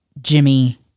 jimmy